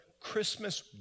Christmas